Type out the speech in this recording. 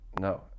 No